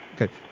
Okay